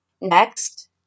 Next